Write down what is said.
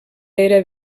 era